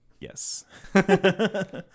Yes